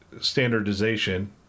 standardization